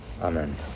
Amen